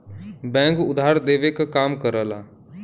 bank उधार देवे क काम करला